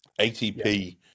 ATP